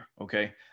okay